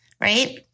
Right